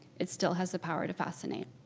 it still has the power to fascinate.